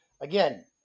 Again